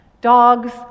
Dogs